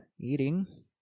eating